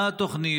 מה התוכנית,